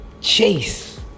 Chase